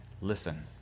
listen